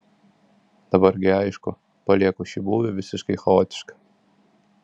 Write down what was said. dabar gi aišku palieku šį būvį visiškai chaotišką